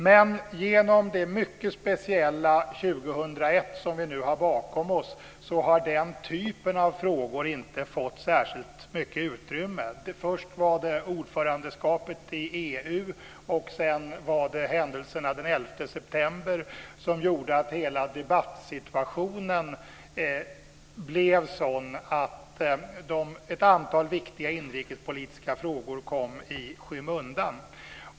Men genom det mycket speciella 2001 som vi nu har bakom oss har den typen av frågor inte fått särskilt mycket utrymme. Först var det ordförandeskapet i EU och sedan var det händelserna den 11 september som gjorde att hela debattsituationen blev sådan att ett antal viktiga inrikespolitiska frågor kom i skymundan.